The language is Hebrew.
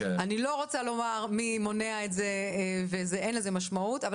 אני לא רוצה לומר מי מונע את זה, אין לזה משמעות.